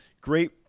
great